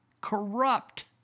Corrupt